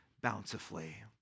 bountifully